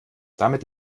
damit